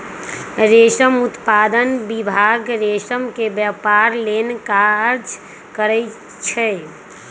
रेशम उत्पादन विभाग रेशम के व्यपार लेल काज करै छइ